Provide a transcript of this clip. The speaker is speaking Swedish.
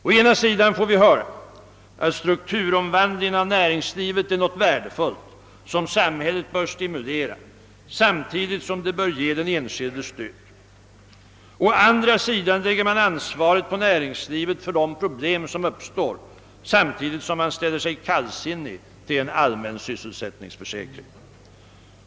Å ena sidan får vi höra att strukturomvandlingen av näringslivet är något värdefullt som samhället bör stimulera samtidigt som det bör ge den enskilde stöd — å andra sidan lägger man ansvaret på näringslivet för de problem som uppstår samtidigt som man ställer sig kallsinnig till en allmän sysselsättningsförsäkring.